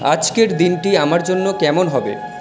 আজকের দিনটি আমার জন্য কেমন হবে